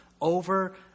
over